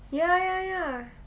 ya ya ya